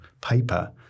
paper